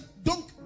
Donc